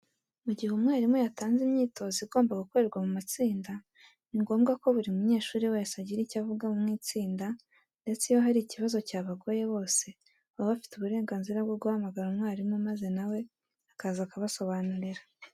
Mu gihe umwarimu yatanze imyitozo igomba gukorerwa mu matsinda ni ngombwa ko buri munyeshuri wese agira icyo avuga mu itsinda ndetse iyo hari ikibazo cyabagoye bose baba bafite uburenganzira bwo guhamagara umwarimu maze na we akaza akabasobanurira.